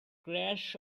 crash